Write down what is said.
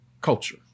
culture